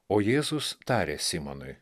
o jėzus tarė simonui